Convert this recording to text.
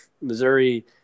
Missouri